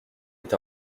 est